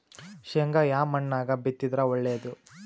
ಶೇಂಗಾ ಯಾ ಮಣ್ಣಾಗ ಬಿತ್ತಿದರ ಒಳ್ಳೇದು?